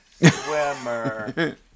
Swimmer